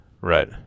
Right